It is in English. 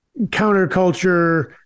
counterculture